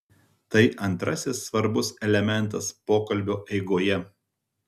tai antrasis svarbus elementas pokalbio eigoje